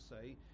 say